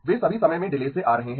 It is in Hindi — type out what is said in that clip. वे सभी समय मे डिलेस से आ रहे हैं